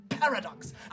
Paradox